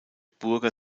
burger